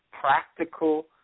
practical